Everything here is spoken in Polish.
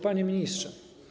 Panie Ministrze!